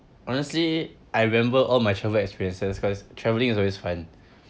honestly I remember all my travel experiences because travelling is always fun